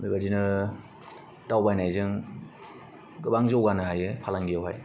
बेबायदिनो दावबायनायजों गोबां जौगानो हायो फालांगियावहाय